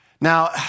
Now